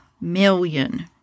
million